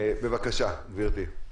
גברתי, בבקשה.